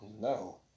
No